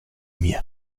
mir